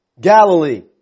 Galilee